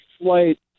flight